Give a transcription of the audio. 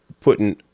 putting